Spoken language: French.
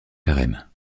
carême